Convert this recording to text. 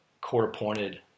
court-appointed